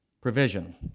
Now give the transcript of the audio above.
Provision